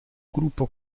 gruppo